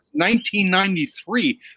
1993